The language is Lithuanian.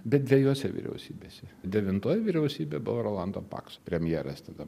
bet dvejose vyriausybėse devintoji vyriausybė buvo rolando pakso premjeras tada